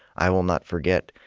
i will not forget,